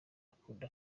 akunda